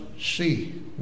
see